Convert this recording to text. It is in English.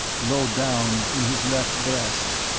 low down in his left breast.